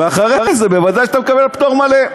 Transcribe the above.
ואחרי זה ודאי שאתה מקבל פטור מלא.